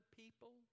people